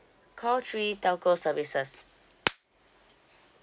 call three telco services